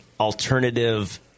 alternative